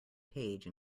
page